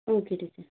okay teacher